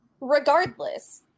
Regardless